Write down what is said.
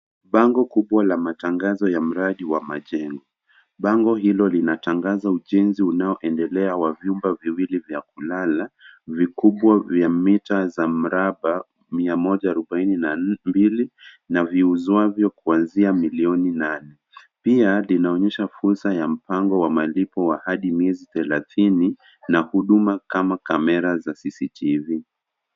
Bango kubwa la matangazo ya mradi wa majengo. Bango hilo linatangaza ujenzi unaoendelea wa vyumba viwili vya kulala, vikubwa vya mita za mraba mia moja arubaini na mbili na viuzwavyo kuanzia milioni nane. Pia linaonyesha fursa ya mpango wa malipo hadi miezi thelathini na huduma kama kamera za CCTV .